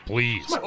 Please